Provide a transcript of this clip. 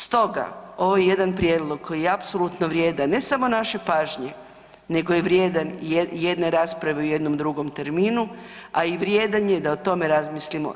Stoga ovo je jedan prijedlog koji je apsolutno vrijedan, ne samo naše pažnje, nego je vrijedan jedne rasprave u jednom drugom terminu, a i vrijedan je da o tome razmislimo.